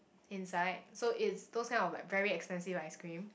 inside so it's those kind of very expensive ice-cream